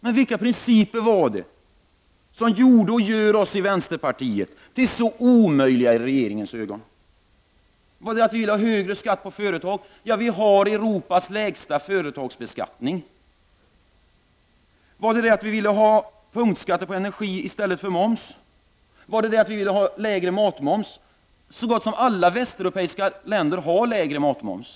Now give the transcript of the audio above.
Men vilka principer gjorde och gör oss i vänsterpartiet så omöjliga i regeringens ögon? Var det det faktum att vi ville ha högre skatt för företagen? Vi har ju Europas lägsta företagsbeskattning. Var det det faktum att vi ville ha punktskatter på energi i stället för höjd moms? Var det därför att vi ville ha lägre matmoms? Så gott som alla västeuropeiska länder har lägre moms på maten.